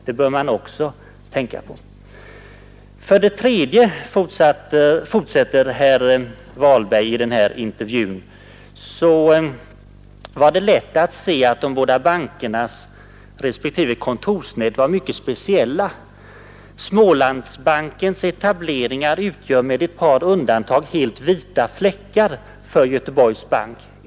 Det bör man också tänka på. För det tredje fortsätter herr Walberg i den här intervjun: ”Det var lätt att se att de båda bankernas respektive kontorsnät var mycket speciella. Smålandsbankens etableringar utgör med ett par undantag helt ”vita fläckar” för Göteborgs Bank.